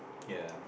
ya